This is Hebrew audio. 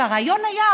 והרעיון היה,